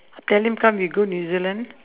tell him come you go new-zealand